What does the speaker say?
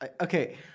Okay